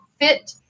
fit